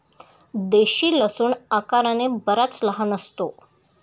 देशी लसूण आकाराने बराच लहान असतो